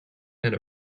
and